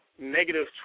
Negative